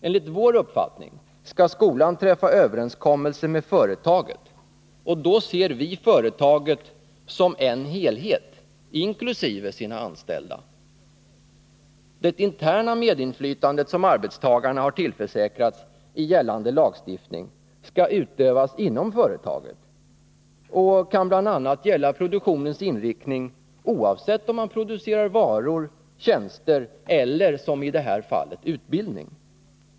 Enligt vår uppfattning skall skolan träffa överenskommelse med företaget, och då ser vi företaget som en helhet, inkl. de anställda. Det interna medinflytande som arbetstagarna har tillförsäkrats i gällande lagstiftning skall utövas inom företaget och kan bl.a. gälla produktionens inriktning, oavsett om man producerar varor, tjänster eller, som i det här fallet, utbildning.